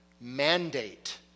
mandate